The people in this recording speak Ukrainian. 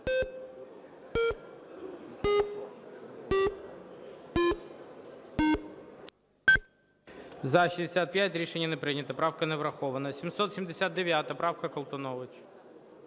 За-65 Рішення не прийнято. Правка не врахована. 799 правка, Колтунович.